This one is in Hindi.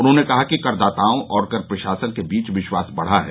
उन्होंने कहा कि कर दाताओं और कर प्रशासन के बीच विश्वास बढ़ा है